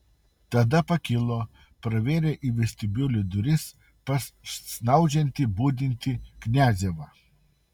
tada pakilo pravėrė į vestibiulį duris pas snaudžiantį budintį kniazevą